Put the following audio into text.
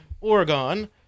Oregon